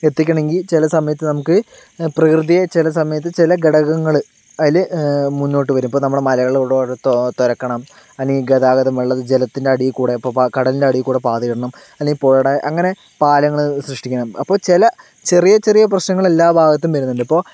എത്തിക്കണമെങ്കിൽ ചില സമയത്ത് നമുക്ക് പ്രകൃതിയെ ചില സമയത്ത് ചില ഘടകങ്ങൾ അതിൽ മുന്നോട്ട് വരും ഇപ്പോൾ നമ്മുടെ മലകളുടെ അടുത്തോ തുരക്കണം അല്ലെങ്കിൽ ഗതാഗതം ജലത്തിൻ്റെ അടിയിൽക്കൂടി ഇപ്പോൾ കടലിന്റെ അടിയിൽക്കൂടി പാത ഇടണം അല്ലെങ്കിൽ പുഴയുടെ അങ്ങനെ പാലങ്ങൾ സൃഷ്ടിക്കണം അപ്പോൾ ചില ചെറിയ ചെറിയ പ്രശ്നങ്ങൾ എല്ലാ ഭാഗത്തും വരുന്നുണ്ട് ഇപ്പോൾ